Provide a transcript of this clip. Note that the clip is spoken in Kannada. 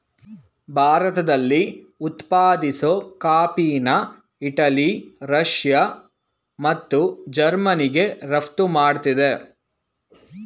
ಭಾರತದಲ್ಲಿ ಉತ್ಪಾದಿಸೋ ಕಾಫಿನ ಇಟಲಿ ರಷ್ಯಾ ಮತ್ತು ಜರ್ಮನಿಗೆ ರಫ್ತು ಮಾಡ್ತಿದೆ